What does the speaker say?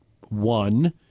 One